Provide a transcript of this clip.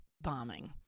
bombing